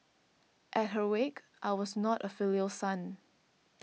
at her wake I was not a filial son